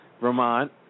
Vermont